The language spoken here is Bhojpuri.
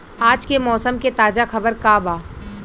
आज के मौसम के ताजा खबर का बा?